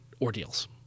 ordeals